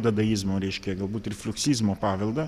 dadaizmo reiškią galbūt ir fliuksizmo paveldą